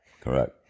Correct